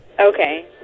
Okay